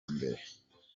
mbere